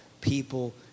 people